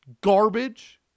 garbage